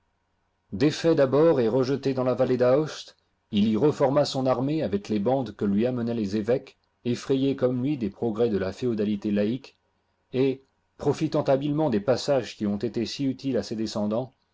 défait d'abord et rejeté dans la vallée d'aoste il y reforma son armée avec les bandes que lui amenaient les évoques effrayés comme lui des progrès de la féodalité laïque et profitant habilement des passages qui ont été si utiles à ses descendants